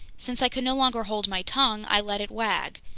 since i could no longer hold my tongue, i let it wag.